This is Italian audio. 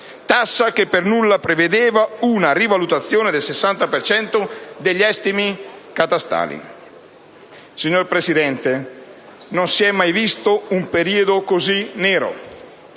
tassa che per nulla prevedeva una rivalutazione del 60 per cento degli estimi catastali. Signor Presidente, non si è mai visto un periodo così nero: